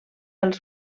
els